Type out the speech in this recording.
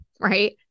right